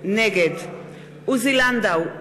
נגד עוזי לנדאו,